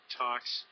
talks